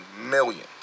millions